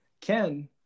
Ken